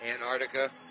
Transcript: Antarctica